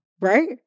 right